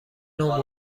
نوع